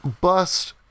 Bust